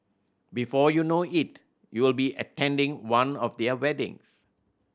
before you know it you'll be attending one of their weddings